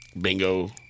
bingo